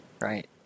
right